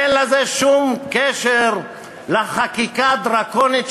אין לזה שום קשר לחקיקה דרקונית,